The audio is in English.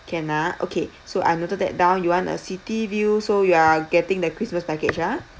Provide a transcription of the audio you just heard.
can ah okay so I've noted that down you want a city view so you are getting the christmas package ah